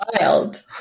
wild